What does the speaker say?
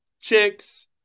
chicks